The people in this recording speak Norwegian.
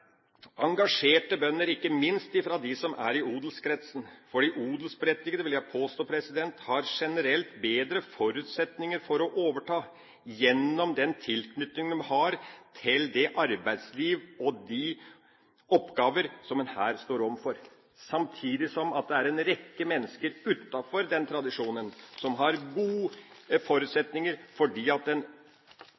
engasjerte bønder, ikke minst blant dem som er i odelskretsen, for de odelsberettigede, vil jeg påstå, har generelt bedre forutsetninger for å overta gjennom den tilknytningen de har til det arbeidsliv og de oppgaver som en her står overfor, samtidig som det er en rekke mennesker utenfor den tradisjonen som har gode